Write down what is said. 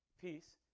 peace